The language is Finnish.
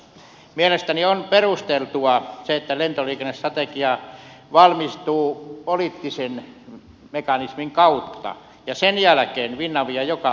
mielestäni on perusteltua se että lentoliikennestrategia valmistuu poliittisen mekanismin kautta ja sen jälkeen sitä toteutetaan